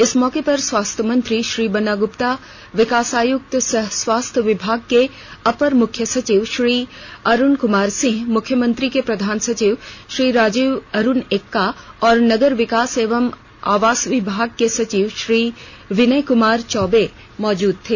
इस मौके पर स्वास्थ्य मंत्री श्री बन्ना गुप्ता विकास आयुक्त सह स्वास्थ्य विभाग के अपर मुख्य सचिव श्री अरुण कुमार सिंह मुख्यमंत्री के प्रधान सचिव श्री राजीव अरुण एक्का और नगर विकास एवं आवास विभाग के सचिव श्री विनय क्मार चौबे मौजूद थे